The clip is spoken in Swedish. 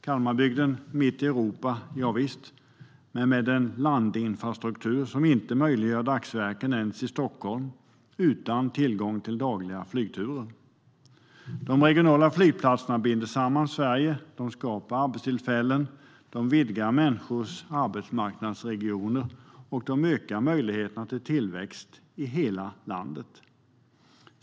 Kalmarbygden ligger mitt i Europa, javisst, men man har en landinfrastruktur som inte möjliggör dagsverken ens i Stockholm utan tillgång till dagliga flygturer. De regionala flygplatserna binder samman Sverige, skapar arbetstillfällen, vidgar arbetsmarknadsregioner och ökar möjligheterna till tillväxt i hela landet.